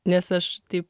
nes aš taip